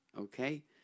okay